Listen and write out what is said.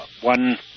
one